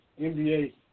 NBA